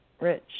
Rich